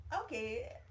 Okay